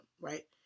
Right